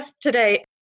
today